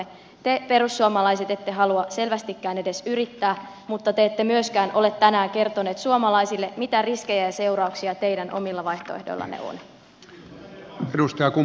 te perussuomalaiset ette halua selvästikään edes yrittää mutta te ette myöskään ole tänään kertoneet suomalaisille mitä riskejä ja seurauksia teidän omilla vaihtoehdoillanne on